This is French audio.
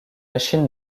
machine